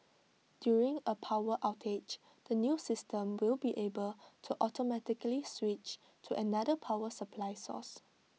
during A power outage the new system will be able to automatically switch to another power supply source